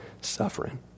suffering